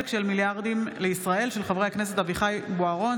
בהצעתם של חברי הכנסת אביחי בוארון,